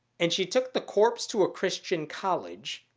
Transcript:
and she took the corpse to a christian college,